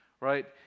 right